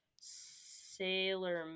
Sailor